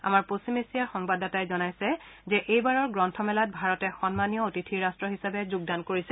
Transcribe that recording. আমাৰ পশ্চিম এছিয়া সংবাদদাতাই জনাইছে যে এইবাৰৰ গ্ৰন্থমেলাত ভাৰতে সন্মানীয় অতিথি ৰট্ট হিচাপে যোগদান কৰিছে